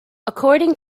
according